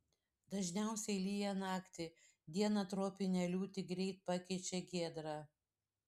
dažniausiai lyja naktį dieną tropinę liūtį greit pakeičia giedra